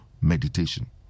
meditation